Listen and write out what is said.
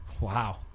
Wow